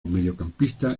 mediocampista